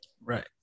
right